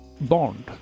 Bond